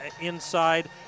inside